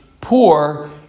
poor